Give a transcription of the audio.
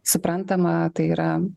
suprantama tai yra